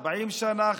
40 שנה,